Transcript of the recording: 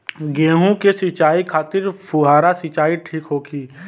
गेहूँ के सिंचाई खातिर फुहारा सिंचाई ठीक होखि?